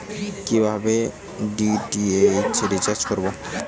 কিভাবে DTH recharge করব?